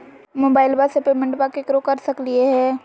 मोबाइलबा से पेमेंटबा केकरो कर सकलिए है?